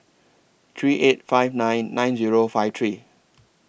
three eight five nine nine Zero five three